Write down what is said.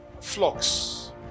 flocks